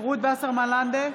רות וסרמן לנדה,